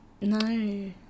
No